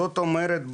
זאת אומרת,